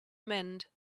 mend